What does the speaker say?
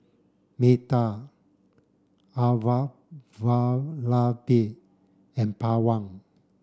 Medha Elattuvalapil and Pawan